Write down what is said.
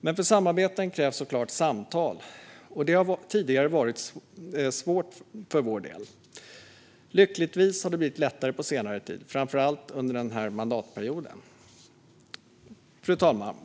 Men för samarbeten krävs såklart samtal, och det har tidigare varit svårt för vår del. Lyckligtvis har det blivit lättare på senare tid, framför allt under den här mandatperioden. Fru talman!